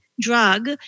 drug